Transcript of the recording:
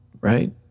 right